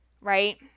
right